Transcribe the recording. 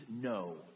no